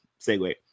segue